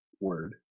word